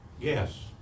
yes